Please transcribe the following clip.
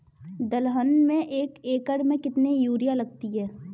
दलहन में एक एकण में कितनी यूरिया लगती है?